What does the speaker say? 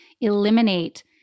eliminate